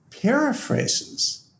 paraphrases